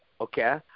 okay